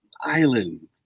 island